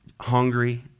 hungry